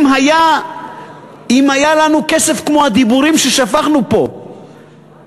אם היה לנו כסף כמו הדיבורים ששפכנו פה ועל